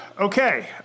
okay